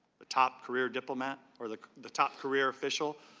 the top career diplomat or the the top career official?